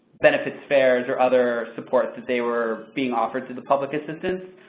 benefits fairs or other support that they were being offered through the public assistance.